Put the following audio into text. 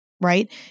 right